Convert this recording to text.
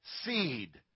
seed